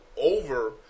over